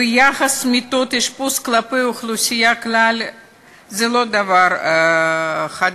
והיחס מיטות אשפוז כלפי האוכלוסייה בכלל זה לא דבר חדש,